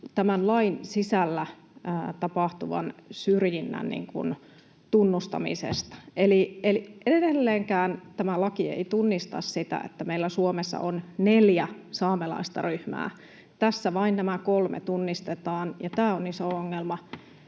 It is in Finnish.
tämän lain sisällä tapahtuvan syrjinnän tunnustamisessa. Edelleenkään tämä laki ei tunnista sitä, että meillä Suomessa on neljä saamelaista ryhmää. Tässä vain nämä kolme tunnistetaan, ja tämä on iso ongelma.